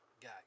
Guy